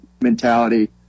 mentality